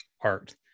art